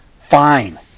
Fine